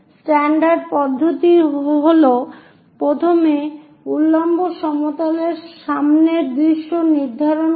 standard পদ্ধতি হল প্রথমে উল্লম্ব সমতলের সামনের দৃশ্য নির্ধারণ করা